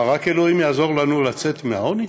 מה, רק אלוהים יעזור לנו לצאת מהעוני?